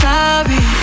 Sorry